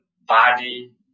body